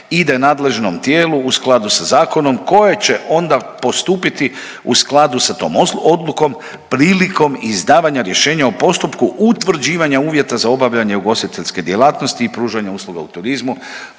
ide nadležnom tijelu u skladu sa zakonom koje će onda postupiti u skladu sa tom odlukom prilikom izdavanja rješenja u postupku utvrđivanja uvjeta za obavljanje ugostiteljske djelatnosti i pružanja usluga u turizmu,